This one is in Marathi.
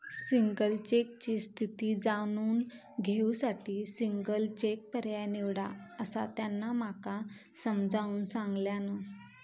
सिंगल चेकची स्थिती जाणून घेऊ साठी सिंगल चेक पर्याय निवडा, असा त्यांना माका समजाऊन सांगल्यान